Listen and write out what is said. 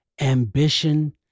ambition